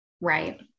Right